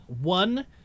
one